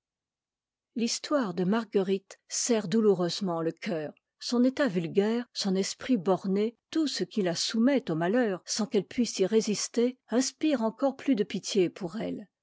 l'histoire de marguerite serre dou oureusement le cœur son état vulgaire son esprit borné tout ce qui la soumet au malheur sans qu'elle puisse y résister inspire encore plus de pitié pour elle